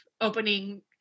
Opening